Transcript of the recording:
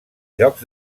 llocs